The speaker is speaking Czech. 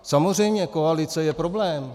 Samozřejmě koalice je problém.